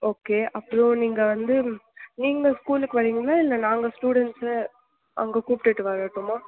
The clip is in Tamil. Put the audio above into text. ஓகே அப்புறோம் நீங்கள் வந்து நீங்கள் ஸ்கூலுக்கு வரிங்களா இல்லை நாங்கள் ஸ்டூடண்ட்ஸு அங்கே கூப்பிடுட்டு வரட்டுமா